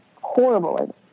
horrible